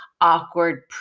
Awkward